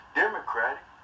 democratic